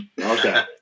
Okay